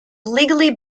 legally